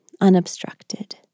unobstructed